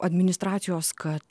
administracijos kad